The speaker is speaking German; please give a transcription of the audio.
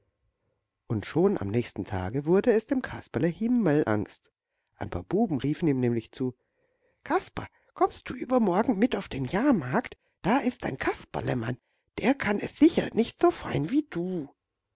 und schon am nächsten tage wurde es dem kasperle himmelangst ein paar buben riefen ihm nämlich zu kasper kommst du übermorgen mit auf den jahrmarkt da ist ein kasperlemann der kann es sicher nicht so fein wie du